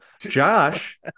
Josh